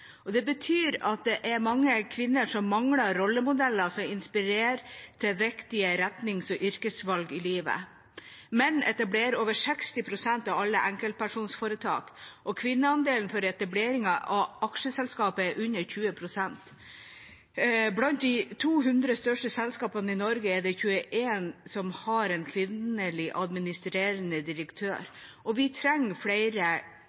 Det betyr at det er mange kvinner som mangler rollemodeller som inspirerer til viktige retnings- og yrkesvalg i livet, men de etablerer over 60 pst. av alle enkeltpersonforetak, og kvinneandelen for etablering av aksjeselskap er under 20 pst. Blant de 200 største selskapene i Norge er det 21 som har en kvinnelig administrerende direktør, og vi trenger flere